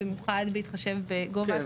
במיוחד בהתחשב בגובה הסכומים.